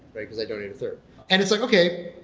because i donate a third. and it's like, okay,